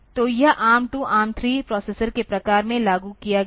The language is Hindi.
तो यह ARM 2 ARM 3 प्रोसेसर के प्रकार में लागू किया गया था